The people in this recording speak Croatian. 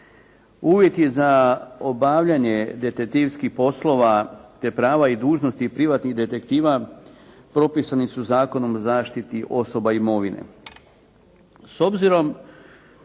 Uvjeti za obavljanje detektivskih poslova te prava i dužnosti privatnih detektiva propisani su Zakonom o zaštiti osoba i imovine.